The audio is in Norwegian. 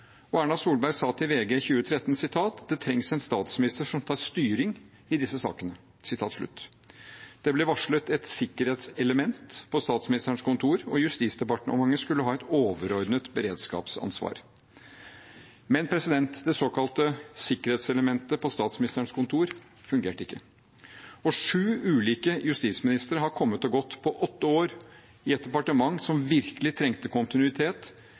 og Erna Solberg sa til VG i 2013: «Man trenger en statsminister som har styringen i disse sakene». Det ble varslet et sikkerhetselement på Statsministerens kontor, og Justisdepartementet skulle ha et overordnet beredskapsansvar. Men det såkalte sikkerhetselementet på Statsministerens kontor fungerte ikke, og sju ulike justisministre har kommet og gått på åtte år i et departement som virkelig trengte kontinuitet